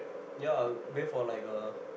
ya bathe for like a